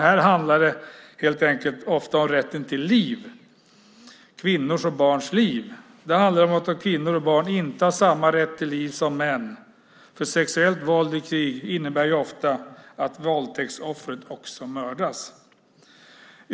Här handlar det ofta om rätt till liv - kvinnors och barns liv. Det handlar om att kvinnor och barn inte har samma rätt till liv som män. Sexuellt våld i krig innebär ju ofta att våldtäktsoffret också mördas.